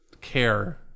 care